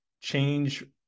change